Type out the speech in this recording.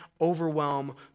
overwhelm